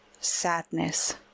sadness